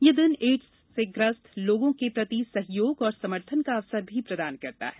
यह दिन एडस से ग्रस्त लोगों के प्रति सहयोग और समर्थन का अवसर भी प्रदान करता है